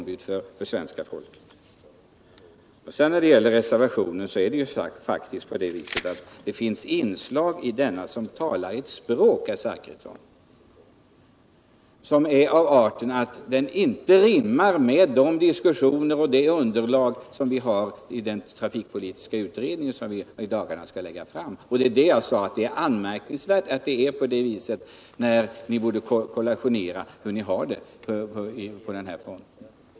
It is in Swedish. Beträffande reservationen finns det faktiskt inslag, herr Zachrisson, som inte rimmar med diskussionerna och underlaget i den trafikpolitiska utredning som vi i dagarna skall lägga fram. Detta är anmärkningsvärt eftersom ni ju borde kollationera hur ni har det på den här fronten.